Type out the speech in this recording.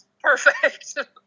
perfect